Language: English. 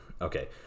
okay